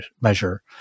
measure